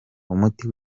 umuti